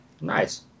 Nice